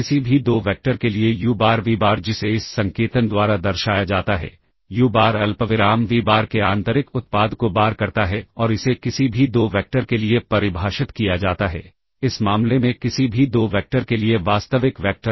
और किसी भी 2 वैक्टर के लिए यू बार वी बार जिसे इस संकेतन द्वारा दर्शाया जाता है यू बार अल्पविराम वी बार के आंतरिक उत्पाद को बार करता है और इसे किसी भी 2 वैक्टर के लिए परिभाषित किया जाता है इस मामले में किसी भी 2 वैक्टर के लिए वास्तविक वैक्टर